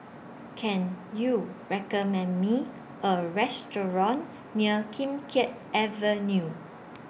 Can YOU recommend Me A Restaurant near Kim Keat Avenue